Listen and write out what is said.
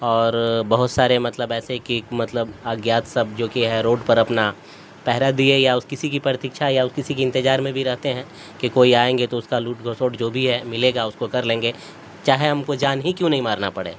اور بہت سارے مطلب ایسے کہ مطلب اگیات سب جوکہ ہے روڈ پر اپنا پہرا دیے یا اس کسی کی پرتکچھا یا اس کسی کی انتظار میں بھی رہتے ہیں کہ کوئی آئیں گے تو اس کا لوٹ گھسوٹ جو بھی ہے ملے گا اس کو کر لیں گے چاہے ہم کو جان ہی کیوں نہیں مارنا پڑے